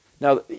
Now